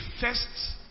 first